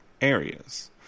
areas